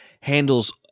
handles